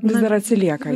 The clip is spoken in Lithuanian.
vis dar atsilieka